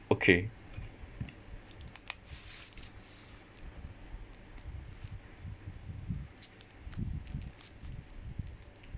okay